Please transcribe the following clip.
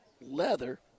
leather